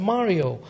Mario